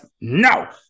no